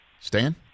Stan